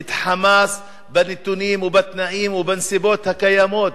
את "חמאס" בנתונים, בתנאים ובנסיבות הקיימות